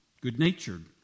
Good-natured